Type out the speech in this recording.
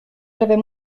j’avais